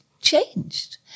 changed